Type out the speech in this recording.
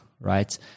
right